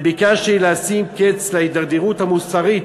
וביקשתי לשים קץ להידרדרות המוסרית,